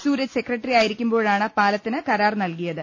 സൂരജ് സെക്രട്ടറിയായിരിക്കുമ്പോഴാണ് പാലത്തിന് കരാർ നൽകിയത്